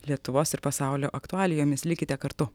lietuvos ir pasaulio aktualijomis likite kartu